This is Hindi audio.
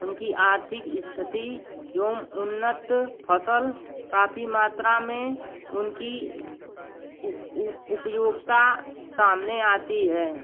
उनकी आर्थिक इस्थिति एवं उन्नत फ़सल काफ़ी मात्रा में उनकी उपयोगिता सामने आती है